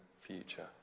future